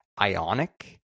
Ionic